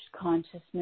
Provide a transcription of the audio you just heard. consciousness